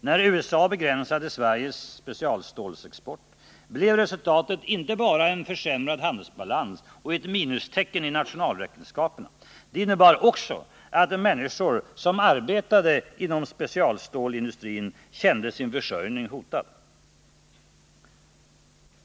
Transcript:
När USA begränsade Sveriges specialstålsexport blev resultatet inte bara en försämrad handelsbalans och ett minustecken i nationalräkenskaperna. Det innebar också att människor som arbetade inom specialstålsindustrin kände sin försörjning hotad.